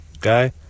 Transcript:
guy